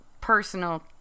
personal